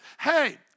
Hey